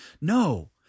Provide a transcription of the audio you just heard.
No